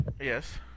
Yes